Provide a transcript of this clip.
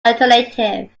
alternative